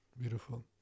beautiful